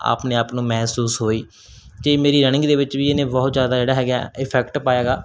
ਆਪਣੇ ਆਪ ਨੂੰ ਮਹਿਸੂਸ ਹੋਈ ਕਿ ਮੇਰੀ ਰਨਿੰਗ ਦੇ ਵਿੱਚ ਵੀ ਇਹਨੇ ਬਹੁਤ ਜ਼ਿਆਦਾ ਜਿਹੜਾ ਹੈਗਾ ਇਫੈਕਟ ਪਾਇਆ ਹੈਗਾ